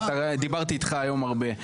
דיברתי איתך היום הרבה.